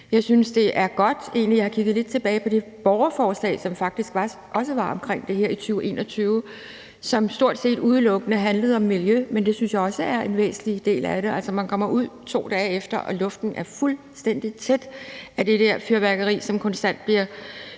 jeg vi skylder dem. Jeg har kigget lidt tilbage på det borgerforslag, som der faktisk også var omkring det her i 2021. Det handlede stort set udelukkende om miljø, men det synes jeg også er en væsentlig del af det. Altså, man kommer ud 2 dage efter, og luften er fuldstændig tæt af det der fyrværkeri, som konstant bliver